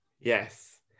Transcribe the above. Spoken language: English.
Yes